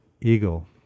eagle